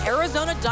Arizona